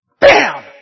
bam